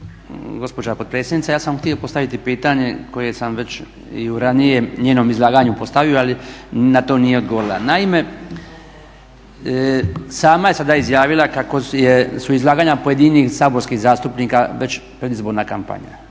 Gospođo potpredsjednice ja sam htio postaviti pitanje koje sam već i u ranijem njenom izlaganju postavio, ali na to nije odgovorila. Naime, sama je sada izjavila kako su izlaganja pojedinih saborskih zastupnika već predizborna kampanja